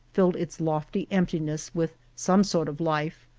filled its lofty emptiness with some sort of life.